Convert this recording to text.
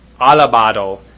alabado